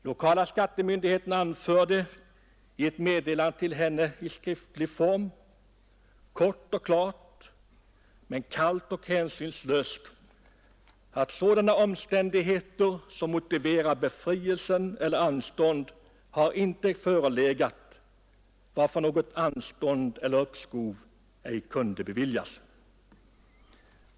Lokala skattemyndigheten anförde i ett skriftligt meddelande till henne kort och klart, men kallt och hänsynslöst, att sådana omständigheter som motiverar befrielse eller anstånd inte förelegat, varför något uppskov ej kunde beviljas.